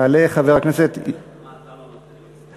יעלה חבר הכנסת, מה, אתה לא נותן לי?